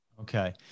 Okay